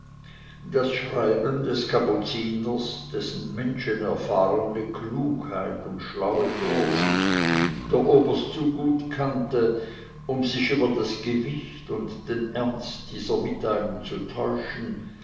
das schreiben des kapuziners dessen menschenerfahrene klugheit und schlaue vorsicht der oberst zu gut kannte um sich über das gewicht und den ernst dieser mitteilung zu täuschen